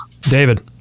David